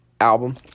album